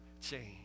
change